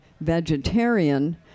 vegetarian